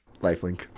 Lifelink